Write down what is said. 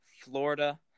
Florida